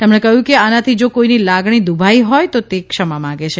તેમણે કહ્યું કે આનાથી જો કોઇની લાગણી દુભાઇ હ્રોય તો તે ક્ષમા માગે છે